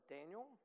Daniel